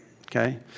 Okay